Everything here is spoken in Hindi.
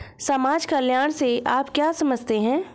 समाज कल्याण से आप क्या समझते हैं?